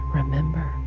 remember